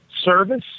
service